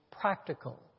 practical